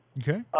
Okay